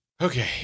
Okay